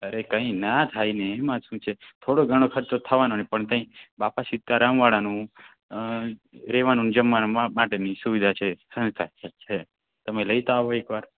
અરે કઈ ના થાય ને એમાં શું છે થોડો ઘણો ખર્ચો થવાનો હોય પણ તઈ બાપા સીતારામ વાળાનું રહેવાનું ને જમવાનું માટેની સુવિધા છે તમે લેતા આવો એકવાર